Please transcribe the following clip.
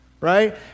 Right